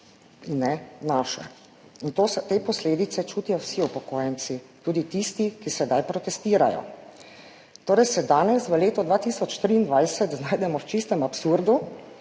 in ne naša in to so, te posledice čutijo vsi upokojenci, tudi tisti, ki sedaj protestirajo. Torej se danes v letu 2023 znajdemo v čistem absurdu,